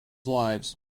lives